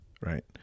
right